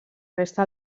resta